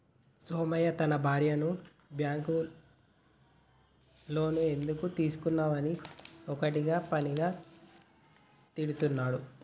సోమయ్య తన భార్యను bank loan ఎందుకు తీసుకున్నవని ఒక్కటే పనిగా తిడుతున్నడు